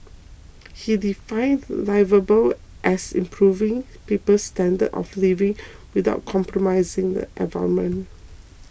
he defined liveable as improving people's standards of living without compromising the environment